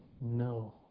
no